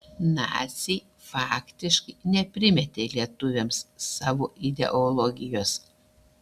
naciai faktiškai neprimetė lietuviams savo ideologijos